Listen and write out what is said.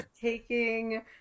taking